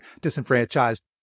disenfranchised